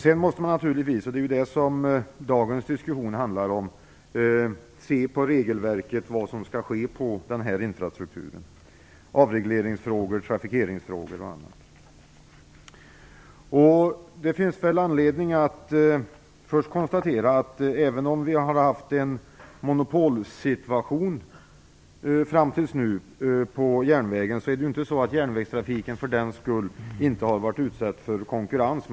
Sedan måste man naturligtvis - det är detta som dagens diskussion handlar om - se på regelverket på vad som skall ske med infrastrukturen. Det gäller bl.a. Det finns väl anledning att först konstatera att även om vi har haft en monopolsituation fram tills nu på järnvägen, har järnvägstrafiken för den sakens skull inte varit utsatt för konkurrens.